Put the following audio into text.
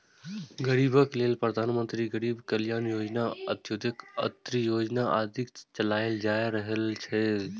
गरीबक लेल प्रधानमंत्री गरीब कल्याण योजना, अंत्योदय अन्न योजना आदि चलाएल जा रहल छै